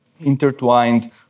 intertwined